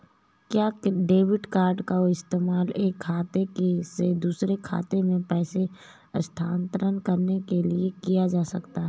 क्या debit card का इस्तेमाल एक खाते से दूसरे खाते में पैसे स्थानांतरण करने के लिए किया जा सकता है?